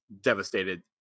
devastated